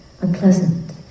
unpleasant